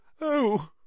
Oh